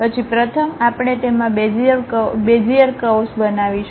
પછી પ્રથમ આપણે તેમાં બેઝીઅર કર્વ્સ બનાવીશું